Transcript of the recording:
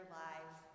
lives